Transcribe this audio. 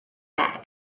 bag